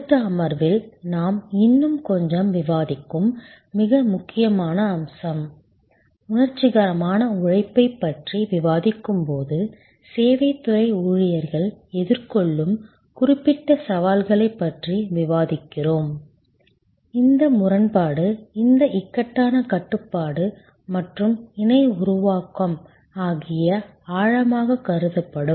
அடுத்த அமர்வில் நாம் இன்னும் கொஞ்சம் விவாதிக்கும் மிக முக்கியமான அம்சம் உணர்ச்சிகரமான உழைப்பைப் பற்றி விவாதிக்கும்போது சேவைத் துறை ஊழியர்கள் எதிர்கொள்ளும் குறிப்பிட்ட சவால்களைப் பற்றி விவாதிக்கிறோம் இந்த முரண்பாடு இந்த இக்கட்டான கட்டுப்பாடு மற்றும் இணை உருவாக்கம் ஆகியவை ஆழமாக கருதப்படும்